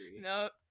Nope